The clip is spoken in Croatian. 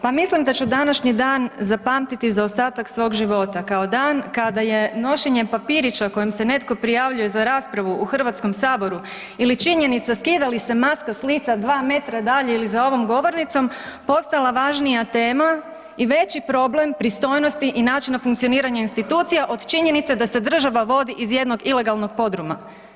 Pa mislim da ću današnji dan zapamtiti za ostatak svog života, kao dan kada je nošenje papirića kojim se netko prijavljuje za raspravu u Hrvatskom saboru ili činjenica skida li se maska s lica 2 metra dalje ili za ovom govornicom postala važnija tema i veći problem pristojnosti i načina funkcioniranja institucija od činjenice da se država vodi iz jednog ilegalnog podruma.